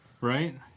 right